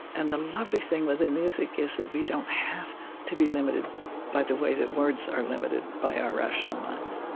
and the lovely thing with the music is that we don't have to be limited by the way that words are limited by our rational minds